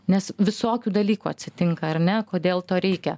nes visokių dalykų atsitinka ar ne kodėl to reikia